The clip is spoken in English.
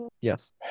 Yes